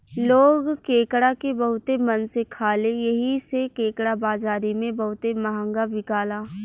लोग केकड़ा के बहुते मन से खाले एही से केकड़ा बाजारी में बहुते महंगा बिकाला